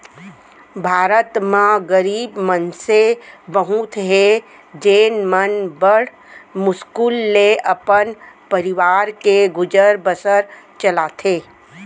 भारत म गरीब मनसे बहुत हें जेन मन बड़ मुस्कुल ले अपन परवार के गुजर बसर चलाथें